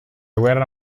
guerra